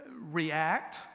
react